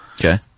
Okay